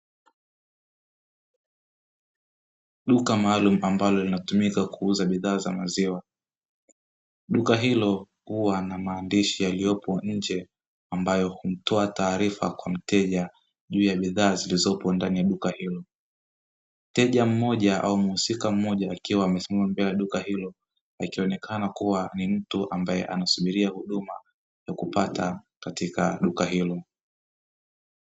Duka maalumu ambalo linatumika kuuza bidhaa za maziwa, duka hilo linamaandishi yaliyopo nje ambayo hutoa taarifa kwa mteja juu ya bidhaa zilizopo ndani ya duka hilo, mteja mmoja aua muhisika mmoja akiwa amesimama mbele ya duka hilo ikionekana ni mtu anayesubiri kupata huduma katika duka hilo.